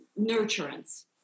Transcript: nurturance